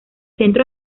centro